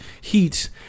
heat